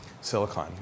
silicon